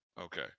Okay